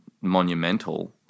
monumental